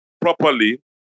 properly